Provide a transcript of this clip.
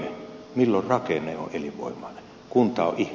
milloin rakenne on elinvoimainen